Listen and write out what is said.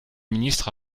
ministre